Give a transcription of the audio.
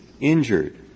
injured